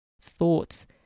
Thoughts